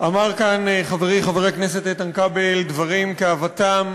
אמר כאן חברי חבר הכנסת איתן כבל דברים כהווייתם,